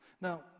Now